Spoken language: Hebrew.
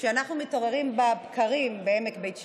כשאנחנו מתעוררים בבקרים בעמק בית שאן,